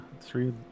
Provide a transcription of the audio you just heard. three